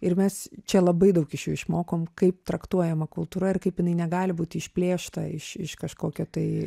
ir mes čia labai daug iš jų išmokom kaip traktuojama kultūra ir kaip jinai negali būti išplėšta iš iš kažkokio tai